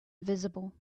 visible